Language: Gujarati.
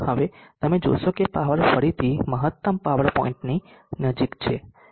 હવે તમે જોશો કે પાવર ફરીથી મહત્તમ પાવર પોઇન્ટની નજીક છે